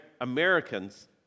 americans